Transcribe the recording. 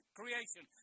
creation